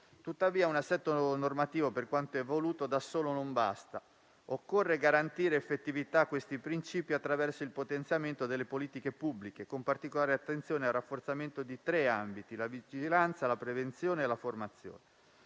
Tuttavia un assetto normativo, per quanto evoluto, da solo non basta. Occorre garantire effettività a questi principi attraverso il potenziamento delle politiche pubbliche, con particolare attenzione al rafforzamento di tre ambiti: la vigilanza, la prevenzione e la formazione.